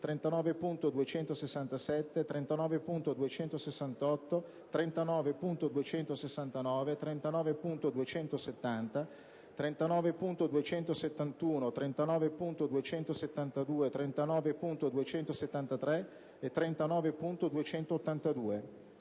39.267, 39.268, 39.269, 39.270, 39.271, 39.272, 39.273 e 39.282.